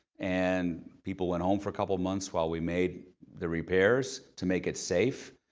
and people went home for a couple of months while we made the repairs to make it safe,